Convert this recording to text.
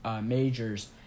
majors